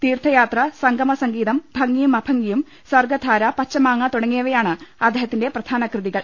തീർത്ഥയാത്ര സംഗമ സംഗീതം ഭംഗിയും അഭംഗിയും സർഗധാര പച്ചമാങ്ങ തുടങ്ങിയവയാണ് അദ്ദേഹത്തിന്റെ പ്രധാനകൃതികൾ